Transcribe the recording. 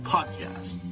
Podcast